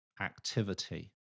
activity